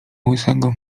łysego